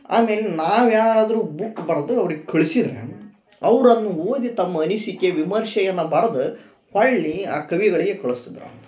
ಆಮೇಲೆ ನಾವು ಯಾರಾದರೂ ಬುಕ್ ಬರೆದು ಅವ್ರಿಗೆ ಕಳ್ಸಿದ್ರೆ ಅವ್ರು ಅದ್ನ ಓದಿ ತಮ್ಮ ಅನಿಸಿಕೆ ವಿಮರ್ಶೆಯನ್ನು ಬರ್ದು ಹೊರ್ಳಿ ಆ ಕವಿಗಳಿಗೆ ಕಳ್ಸ್ತಿದ್ರು ಅಂತ